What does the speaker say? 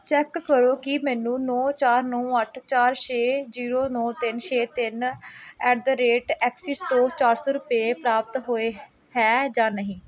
check ਕਰੋ ਕਿ ਮੈਨੂੰ ਨੌਂ ਚਾਰ ਨੌਂ ਅੱਠ ਚਾਰ ਛੇ ਜ਼ੀਰੋ ਨੌਂ ਤਿੰਨ ਛੇ ਤਿੰਨ ਐਟ ਦੀ ਰੇਟ ਐਕਸਿਸ ਤੋਂ ਚਾਰ ਸੌ ਰੁਪਏ ਪ੍ਰਾਪਤ ਹੋਏ ਹੈ ਜਾਂ ਨਹੀਂ